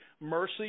mercy